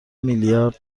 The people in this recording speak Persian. میلیارد